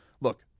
Look